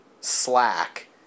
slack